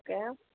okay